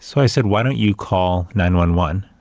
so i said, why don't you call nine one one.